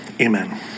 Amen